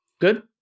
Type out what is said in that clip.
good